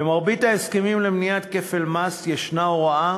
במרבית ההסכמים למניעת כפל מס ישנה הוראה